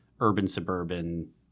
urban-suburban